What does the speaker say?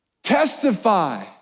Testify